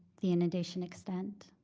the inundation extent.